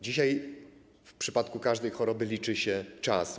Dzisiaj w przypadku każdej choroby liczy się czas.